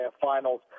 finals